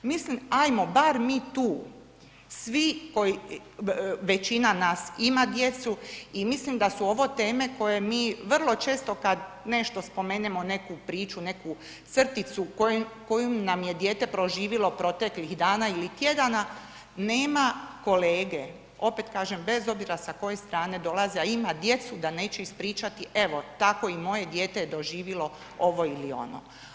Mislim, hajmo barem mi tu svi koji, većina nas ima djecu i mislim da su ovo teme koje mi vrlo često kad, nešto spomenemo neku priču, neku crticu koju nam je dijete proživjelo proteklih dana ili tjedana nema kolege, opet kažem, bez obzira sa koje strane dolaze, a ima djecu, da neće ispričati, evo, tako i moje dijete je doživjelo ovo ili ono.